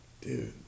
Dude